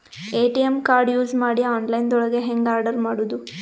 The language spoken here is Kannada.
ಎ.ಟಿ.ಎಂ ಕಾರ್ಡ್ ಯೂಸ್ ಮಾಡಿ ಆನ್ಲೈನ್ ದೊಳಗೆ ಹೆಂಗ್ ಆರ್ಡರ್ ಮಾಡುದು?